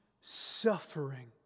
suffering